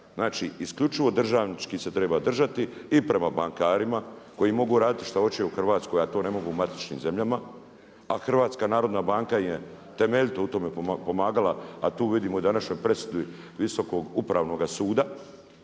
Znači isključivo državnički se treba držati i prema bankarima koji mogu raditi šta hoće u Hrvatskoj a to ne mogu u matičnim zemljama. A HNB im je temelj, u tome pomagala a tu vidimo i današnju presudu Visokoga upravnoga suda